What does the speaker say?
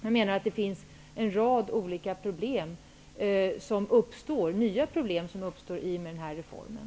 Jag menar att det kommer att uppstå en rad nya problem i och med den här reformen.